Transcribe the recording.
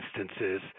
instances